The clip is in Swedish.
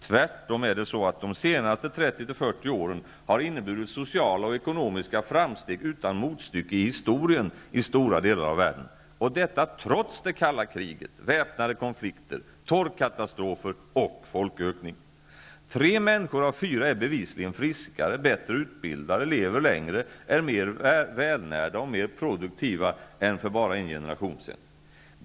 Tvärtom är det så att de senaste 30--40 åren har inneburit sociala och ekonomiska framsteg utan motstycke i historien i stora delar av världen -- och detta trots det kalla kriget, väpnade konflikter, torkkatastrofer och folkökning. Tre människor av fyra är bevisligen friskare, bättre utbildade, lever längre, är mer välnärda och mer produktiva än för bara en generation sedan.